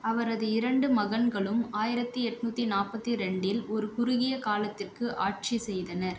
அவரது இரண்டு மகன்களும் ஆயிரத்தி எட்நூத்தி நாற்பத்தி ரெண்டில் ஒரு குறுகிய காலத்திற்கு ஆட்சி செய்தனர்